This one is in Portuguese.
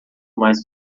mais